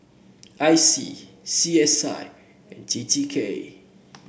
I C C S I and T T K